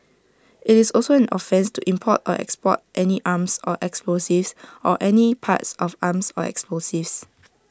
IT is also an offence to import or export any arms or explosives or any parts of arms or explosives